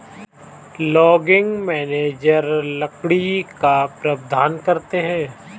logging manager लकड़ी का प्रबंधन करते है